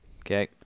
Okay